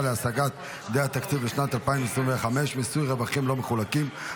להשגת יעדי התקציב לשנת 2025) (מיסוי רווחים לא מחולקים),